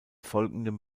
folgenden